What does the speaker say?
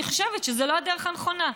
אני חושבת שזו לא הדרך הנכונה.